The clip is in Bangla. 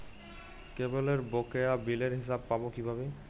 কেবলের বকেয়া বিলের হিসাব পাব কিভাবে?